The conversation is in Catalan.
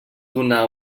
donar